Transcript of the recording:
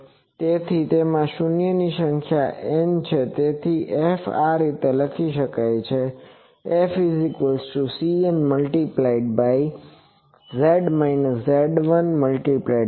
તેથી તેમાં શૂન્યની સંખ્યા n છે તેથી F આ રીતે લખી શકાય છે FCnƵ Ƶ1Ƶ Ƶ2